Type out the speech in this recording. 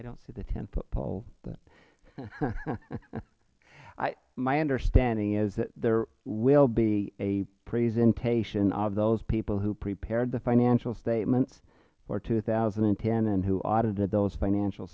i dont see the ten foot pole but my understanding is that there will be a presentation of those people who prepared the financial statements for two thousand and ten and who audited those financial